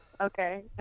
okay